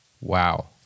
Wow